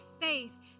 faith